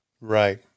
Right